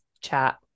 chat